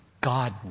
God